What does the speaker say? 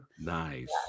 Nice